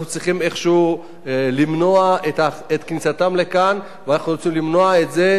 אנחנו צריכים איכשהו למנוע את כניסתם לכאן ואנחנו רוצים למנוע את זה,